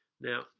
now